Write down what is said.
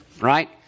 right